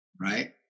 right